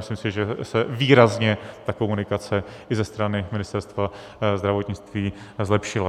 si myslím, že se výrazně ta komunikace i ze strany Ministerstva zdravotnictví zlepšila.